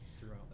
throughout